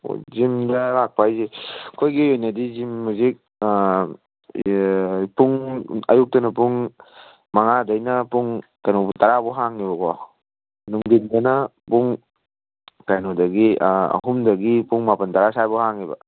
ꯑꯣ ꯖꯤꯝꯗ ꯂꯥꯛꯄ ꯍꯥꯏꯁꯦ ꯑꯩꯈꯣꯏꯒꯤ ꯑꯣꯏꯅꯗꯤ ꯖꯤꯝ ꯍꯧꯖꯤꯛ ꯄꯨꯡ ꯑꯌꯨꯛꯇꯅ ꯄꯨꯡ ꯃꯉꯥꯗꯩꯅ ꯄꯨꯡ ꯀꯩꯅꯣꯕꯣꯛ ꯇꯔꯥꯕꯣꯛ ꯍꯥꯡꯉꯦꯕꯀꯣ ꯅꯨꯡꯗꯤꯟꯗꯅ ꯄꯨꯡ ꯀꯩꯅꯣꯗꯒꯤ ꯑꯍꯨꯝꯗꯒꯤ ꯄꯨꯡ ꯃꯥꯄꯟ ꯇꯔꯥ ꯁ꯭ꯋꯥꯏꯕꯣꯛ ꯍꯥꯡꯉꯦꯕ